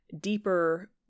deeper